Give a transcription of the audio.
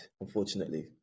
Unfortunately